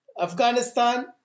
Afghanistan